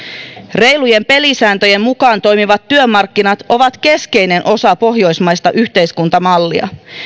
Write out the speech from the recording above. reilujen pelisääntöjen mukaan toimivat työmarkkinat ovat keskeinen osa pohjoismaista yhteiskuntamallia